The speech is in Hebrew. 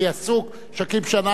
אחרי זה אני אתן לו.